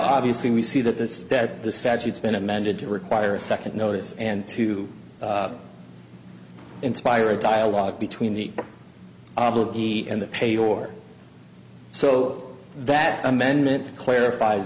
obviously we see that this that the statutes been amended to require a second notice and to inspire a dialogue between the obloquy and the pay or so that amendment clarif